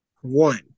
One